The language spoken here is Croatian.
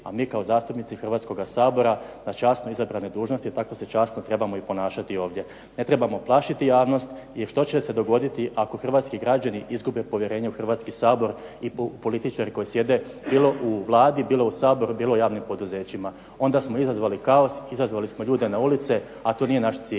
a mi kao zastupnici Hrvatskoga sabor na časno izabranoj dužnosti tako se časno trebamo i ponašati ovdje. Ne trebamo plašiti javnosti, jer što će se dogoditi ako hrvatski građani izgube povjerenje u Hrvatski sabor i u političare koji sjede bilo u Vladi, bilo u Saboru, bilo u javnim poduzećima. Onda smo izazvali kaos, izazvali smo ljude na ulice, a to nije naš cilj.